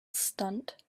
stunt